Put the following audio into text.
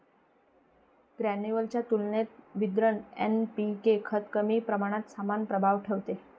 granular च्या तुलनेत विद्रव्य एन.पी.के खत कमी प्रमाणात समान प्रभाव ठेवते